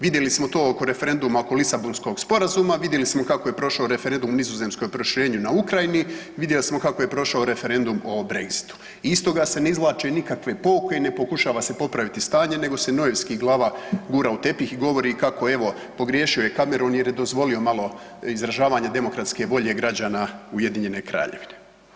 Vidjeli smo to oko referenduma oko Lisabonskog sporazuma, vidjeli smo kako je prošao referendum u Nizozemskoj o proširenju na Ukrajini, vidjeli smo kako je prošao referendum o Brexitu i iz toga se ne izvlače nikakve pouke i ne pokušava se popraviti stanje nego se nojevski glava gura u tepih i govori kako evo pogriješio je Kamerun jer je dozvolio malo izražavanje demokratske volje građana UK.